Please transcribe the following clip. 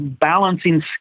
balancing